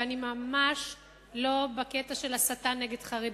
ואני ממש לא בקטע של הסתה נגד חרדים.